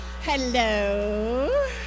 Hello